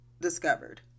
discovered